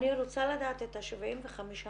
להגיד שדווקא